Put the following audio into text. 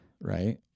right